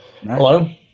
Hello